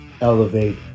elevate